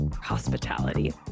hospitality